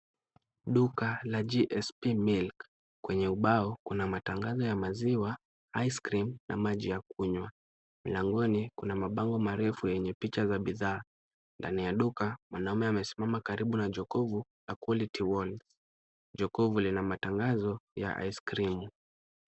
Duka la GSP milk, kwenye ubao kuna matangazo ya maziwa, ice cream na maji ya kunywa . Mlangoni kuna mabango marefu yenye picha za bidhaa. Ndani ya duka mwanamume amesimama karibu na jokovu la Quality World , jokovu lina matangazo ya aiskrimu .